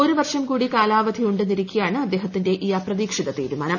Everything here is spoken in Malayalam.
ഒരു വർഷ്ണകൂടി കാലാവധി ഉണ്ടെന്നിരിക്കെയാണ് അദ്ദേഹത്തിന്റെ ഈ അപ്രതീക്ഷിത തീരുമാനം